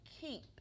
keep